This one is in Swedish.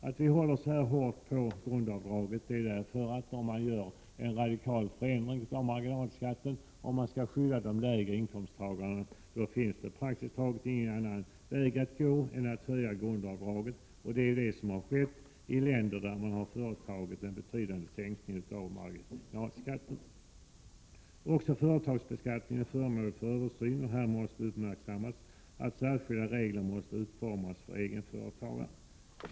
Att vi håller så hårt på grundavdraget beror på att om man gör en radikal förändring av marginalskatten och man skall skydda de lägre inkomsttagarna, finns det praktiskt taget ingen annan väg att gå än att höja grundavdraget. Det är också så man har gjort i länder där man har företagit en betydande sänkning av marginalskatterna. Också företagsbeskattningen är föremål för översyn, och här måste uppmärksammas att särskilda regler måste utformas för egenföretagarna.